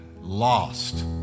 lost